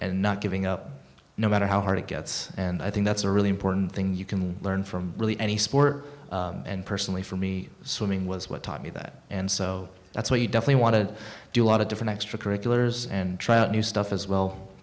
and not giving up no matter how hard it gets and i think that's a really important thing you can learn from really any sport and personally for me swimming was what taught me that and so that's what you definitely want to do a lot of different extracurriculars and try out new stuff as well